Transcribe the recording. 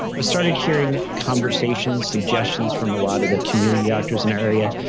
i started hearing conversations, suggestions from a lot of the community doctors in our area,